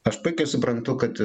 aš puikiai suprantu kad